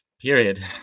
period